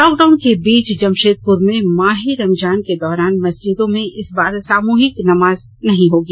lockdown के बीच जमषेदपुर में माह ए रमजान के दौरान मस्जिदों में इस बार सामुहिक नमाज नहीं होगी